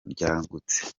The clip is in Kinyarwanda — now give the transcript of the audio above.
ryagutse